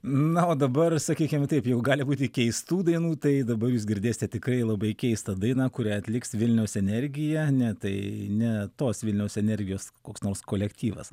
na o dabar sakykime taip jau gali būti keistų dainų tai dabar jūs girdėsite tikrai labai keistą dainą kurią atliks vilniaus energija ne tai ne tos vilniaus energijos koks nors kolektyvas